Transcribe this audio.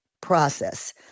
process